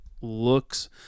looks